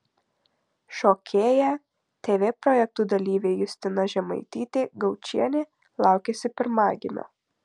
šokėja tv projektų dalyvė justina žemaitytė gaučienė laukiasi pirmagimio